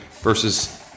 versus